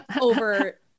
over